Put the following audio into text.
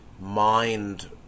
mind